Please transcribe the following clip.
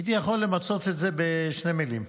הייתי יכול למצות את זה בשתי מילים.